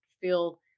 feel